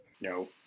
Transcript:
No